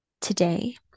today